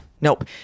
nope